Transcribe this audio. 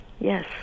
Yes